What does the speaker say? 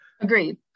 agreed